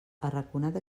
arraconat